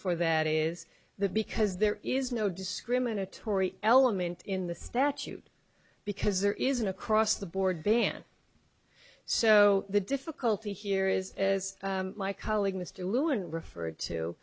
for that is the because there is no discriminatory element in the statute because there is an across the board ban so the difficulty here is as my colleague mr lewin referred